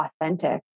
authentic